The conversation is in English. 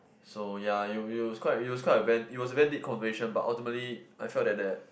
so ya it it was quite it was quite a very it was a very deep conversation but ultimately I felt that that